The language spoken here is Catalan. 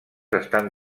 estan